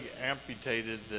amputated